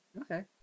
Okay